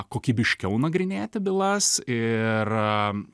kokybiškiau nagrinėti bylas ir